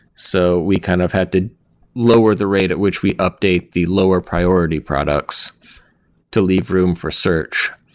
so we kind of have to lower the rate at which we update the lower priority products to leave room for search.